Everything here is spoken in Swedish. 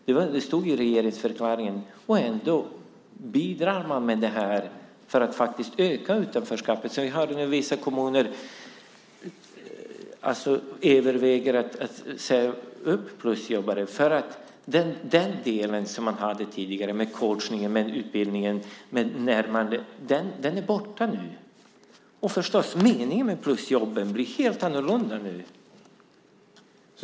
Det stod i regeringsförklaringen, och ändå bidrar man i och med detta till att öka utanförskapet. I vissa kommuner överväger man att säga upp plusjobbare för att delen med coachning och utbildning som man hade tidigare nu är borta. Meningen med plusjobben blir helt annorlunda nu!